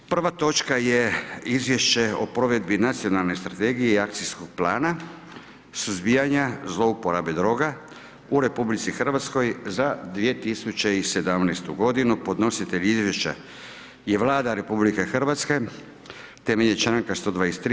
Prva točka je: - Izvješće o provedbi Nacionalne strategije i akcijskog plana suzbijanja zlouporabe droga u Republici Hrvatskoj za 2017. godinu; Podnositelj izvješća je Vlada RH temeljem članka 123.